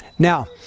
Now